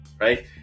right